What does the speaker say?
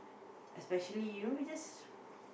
especially you know you just